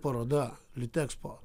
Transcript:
paroda litekspo